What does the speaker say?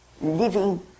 living